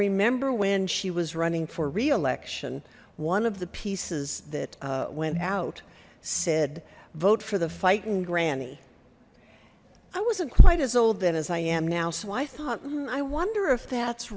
remember when she was running for re election one of the pieces that went out said vote for the fight and granny i wasn't quite as old then as i am now so i thought i wonder if that's